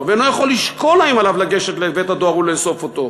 ואינו יכול לשקול אם עליו לגשת לבית-הדואר ולאסוף אותו.